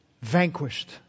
vanquished